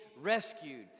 rescued